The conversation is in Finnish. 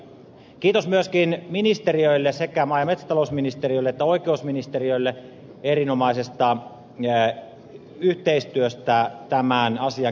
kiitos myöskin ministeriöille sekä maa ja metsätalousministeriölle että oikeusministeriölle erinomaisesta yhteistyöstä tämän asian käsittelyssä